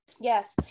Yes